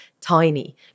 tiny